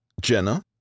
Jenna